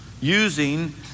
using